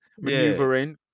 maneuvering